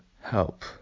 help